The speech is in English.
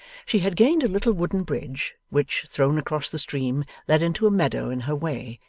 she had gained a little wooden bridge, which, thrown across the stream, led into a meadow in her way,